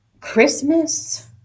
Christmas